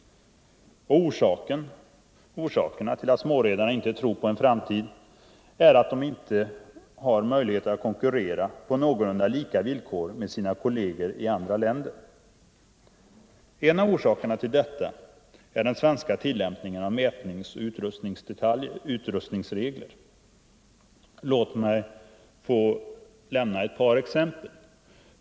Och orsakerna till att småredarna inte tror på en framtid är att de inte har möjligheter att konkurrera på någorlunda lika villkor med sina kolleger i andra länder. En av anledningarna till detta är den svenska tillämpningen av mätningsoch utrustningsregler. Låt mig få ge ett par exempel.